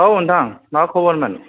औ नोंथां मा खबरमोन